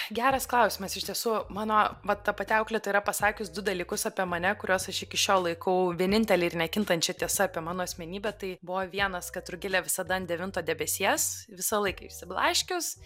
geras klausimas iš tiesų mano va ta pati auklėtoja yra pasakius du dalykus apie mane kuriuos aš iki šiol laikau vienintele ir nekintančia tiesa apie mano asmenybę tai buvo vienas kad rugilė visada ant devinto debesies visą laiką išsiblaškius